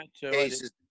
cases